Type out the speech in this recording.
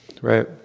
right